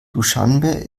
duschanbe